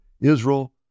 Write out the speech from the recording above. Israel